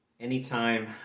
Anytime